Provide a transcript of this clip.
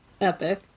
Epic